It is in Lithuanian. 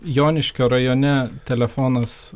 joniškio rajone telefonas